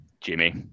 Jimmy